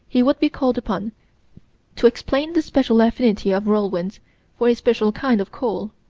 he would be called upon to explain the special affinity of whirlwinds for a special kind of coal.